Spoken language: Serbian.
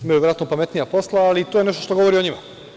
Imaju verovatno pametnija posla, ali to je nešto što govori o njima.